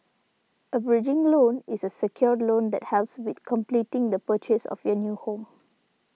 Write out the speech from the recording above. a bridging loan is a secured loan that helps with completing the purchase of your new home